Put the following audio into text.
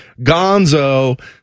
Gonzo